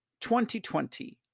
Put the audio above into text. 2020